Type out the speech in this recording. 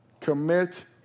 Commit